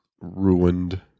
ruined